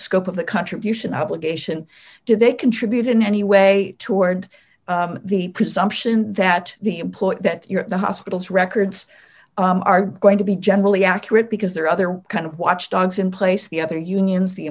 scope of the contribution obligation do they contribute in any way toward the presumption that the employer that the hospitals records are going to be generally accurate because there are other kind of watchdogs in place the other unions the